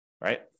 right